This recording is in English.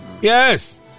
Yes